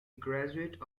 graduate